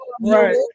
right